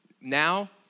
now